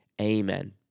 Amen